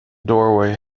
doorway